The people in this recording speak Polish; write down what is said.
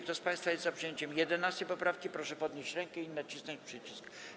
Kto z państwa jest za przyjęciem 11. poprawki, proszę podnieść rękę i nacisnąć przycisk.